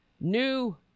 new